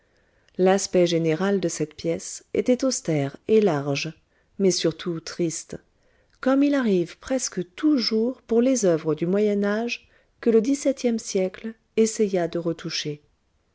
l'aspect général de cette pièce était austère et large mais surtout triste comme il arrive presque toujours pour les oeuvres du moyen âge que le dix-septième siècle essaya de retoucher